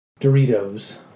Doritos